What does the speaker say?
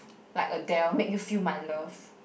like Adele make you feel my love